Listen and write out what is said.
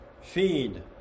Feed